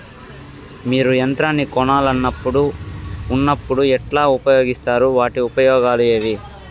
మీరు యంత్రాన్ని కొనాలన్నప్పుడు ఉన్నప్పుడు ఎట్లా ఉపయోగిస్తారు వాటి ఉపయోగాలు ఏవి?